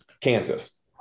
kansas